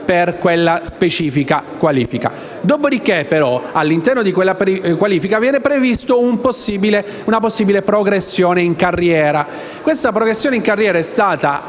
Dopo, però, all'interno di quella qualifica, viene prevista una possibile progressione in carriera